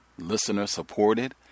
Listener-supported